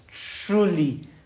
truly